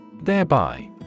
Thereby